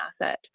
asset